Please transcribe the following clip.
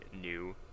new